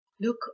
Look